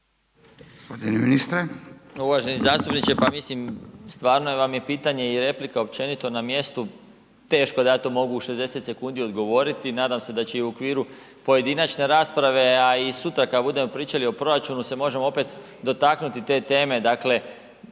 Uvaženi zastupniče, pa mislim stvarno vam je pitanje i replika općenito na mjestu, teško da ja to mogu u 60 sekundi odgovoriti, nadam se da će i u okviru pojedinačne rasprave, a i sutra kad budemo pričali o proračunu se možemo opet dotaknuti te teme,